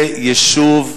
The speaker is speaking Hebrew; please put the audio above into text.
זה יישוב בגליל,